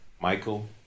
Michael